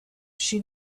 she